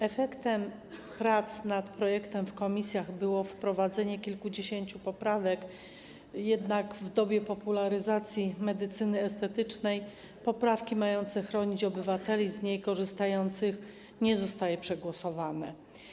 Efektem prac nad projektem w komisjach było wprowadzenie kilkudziesięciu poprawek, jednak w dobie popularyzacji medycyny estetycznej poprawki mające chronić obywateli z niej korzystających nie zostały przegłosowane.